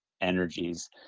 energies